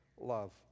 love